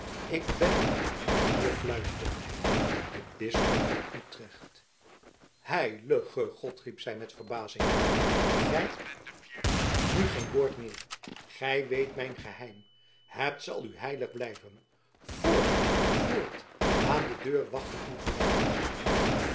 ik ben hier fluisterde hij de bisschop van utrecht heilige god riep zij met verbazing uit gij nu geen woord meer gij weet mijn geheim het zal u heilig blijven voort voort aan de deur wachten uw